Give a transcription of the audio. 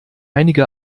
einige